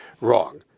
wrong